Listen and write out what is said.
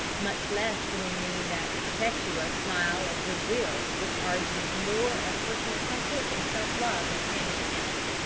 much less do we mean that perpetual smile of good-will which argues more of personal comfort and self-love than anything else.